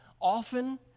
Often